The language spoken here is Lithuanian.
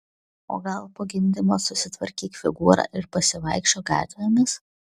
o gal po gimdymo susitvarkyk figūrą ir pasivaikščiok gatvėmis